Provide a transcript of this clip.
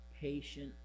Patient